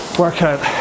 workout